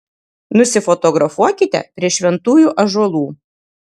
nusifotografuokite prie šventųjų ąžuolų